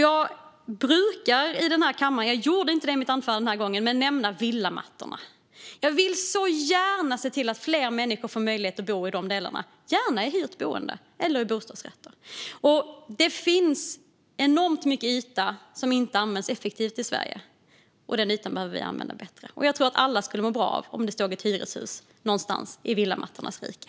Jag brukar i den här kammaren nämna villamattorna, vilket jag inte gjorde i mitt anförande den här gången. Jag vill så gärna se till att fler människor får möjlighet att bo i de delarna, gärna i hyrt boende eller i bostadsrätter. Det finns enormt mycket ytor som inte används effektivt i Sverige och som vi behöver använda bättre. Jag tror att alla skulle må bra om det stod ett hyreshus någonstans i villamattornas rike.